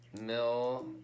Mill